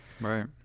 Right